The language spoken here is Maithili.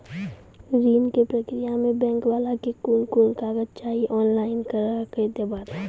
ऋण के प्रक्रिया मे बैंक वाला के कुन कुन कागज चाही, ऑनलाइन करला के बाद?